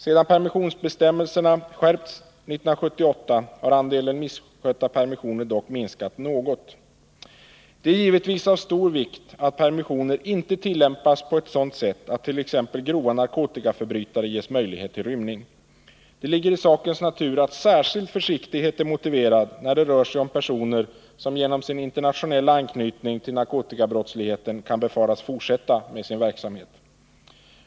Sedan permissionsbestämmelserna skärpts 1978 har andelen misskötta permissioner dock minskat något. Det är givetvis av stor vikt att permissioner inte tillämpas på ett sådant sätt att t.ex. grova narkotikaförbrytare ges möjlighet till rymning. Det ligger i sakens natur att särskild försiktighet är motiverad när det rör sig om personer som genom sin internationella anknytning till narkotikabrottsligheten kan befaras fortsätta med sin verksamhet.